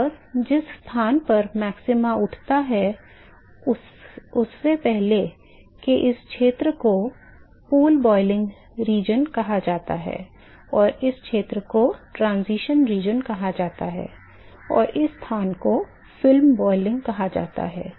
और जिस स्थान तक मैक्सिमा उठता है उससे पहले के इस क्षेत्र को पूल क्वथन क्षेत्र कहा जाता है और इस क्षेत्र को संक्रमण क्षेत्र कहा जाता है और इस स्थान को फिल्म क्वथन कहा जाता है